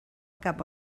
cap